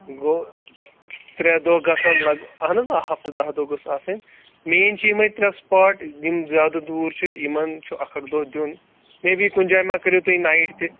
گوٚو ترٛےٚ دۄہ گژھن لَگ اَہَن حظ آ ہفتہٕ دَہ دۄہ گٔژھ آسٕنۍ مین چھِ یِمَے ترٛےٚ سٕپاٹ یِم زیادٕ دوٗر چھِ یِمَن چھُ اَکھ اَکھ دۄہ دیُن مے بی کُنہِ جایہِ ما کٔرِو تُہۍ نایِٹ تہِ